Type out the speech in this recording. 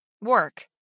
work